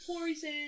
poison